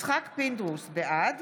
בעד